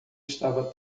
estava